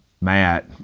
Matt